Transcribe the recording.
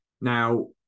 Now